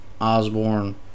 Osborne